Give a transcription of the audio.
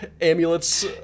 amulets